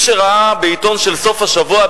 מי שראה בעיתון של סוף השבוע,